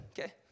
Okay